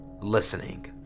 listening